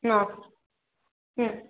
ಹಾಂ ಹ್ಞೂ